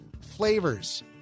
flavors